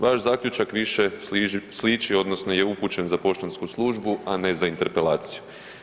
Vaš zaključak više sliči odnosno je upućen za poštansku službu, a ne za interpelaciju.